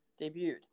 debuted